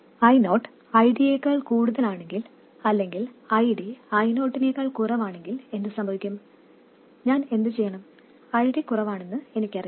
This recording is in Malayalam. I0 ID യേക്കാൾ കൂടുതലാണെങ്കിൽ അല്ലെങ്കിൽ ID I0 നേക്കാൾ കുറവാണെങ്കിൽ എന്തു സംഭവിക്കും ഞാൻ എന്തു ചെയ്യണം ID കുറവാണെന്ന് എനിക്കറിയാം